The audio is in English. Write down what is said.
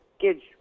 kids